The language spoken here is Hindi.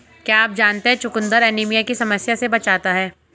क्या आप जानते है चुकंदर एनीमिया की समस्या से बचाता है?